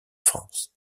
france